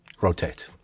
rotate